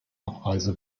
abreise